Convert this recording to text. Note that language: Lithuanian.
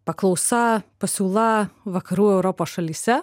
paklausa pasiūla vakarų europos šalyse